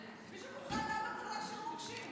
ועדת החוץ והביטחון